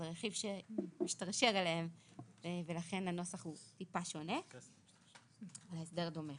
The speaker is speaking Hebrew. זה רכיב שמשתרשר אליהם ולכן הנוסח הוא טיפה שונה על הסדר דומה.